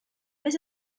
mais